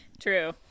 True